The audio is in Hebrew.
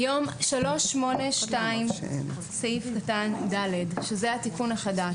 סעיף 382(ד), שזה התיקון החדש.